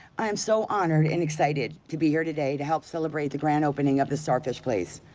i am so honored and excited to be here today to help celebrate the grand opening of the starfish place.